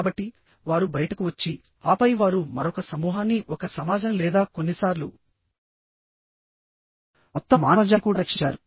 కాబట్టి వారు బయటకు వచ్చి ఆపై వారు మరొక సమూహాన్ని ఒక సమాజం లేదా కొన్నిసార్లు మొత్తం మానవజాతి కూడా రక్షించారు